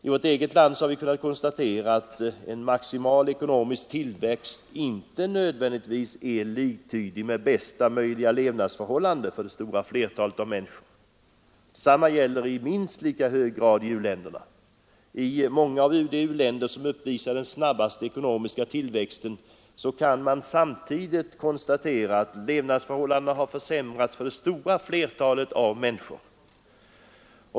I vårt eget land har vi kunnat konstatera att en maximal ekonomisk tillväxt inte nödvändigtvis är liktydig med bästa möjliga levnadsförhållanden för det stora flertalet människor. Detsamma gäller i minst lika hög grad i u-länderna. I många av de u-länder som uppvisar den snabbaste ekonomiska tillväxten kan man samtidigt konstatera att levnadsförhållandena har försämrats för det stora flertalet människor.